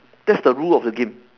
that's the rule of the game